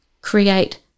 create